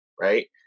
right